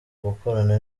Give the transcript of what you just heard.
gukorana